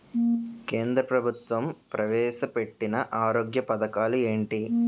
కేంద్ర ప్రభుత్వం ప్రవేశ పెట్టిన ఆరోగ్య పథకాలు ఎంటి?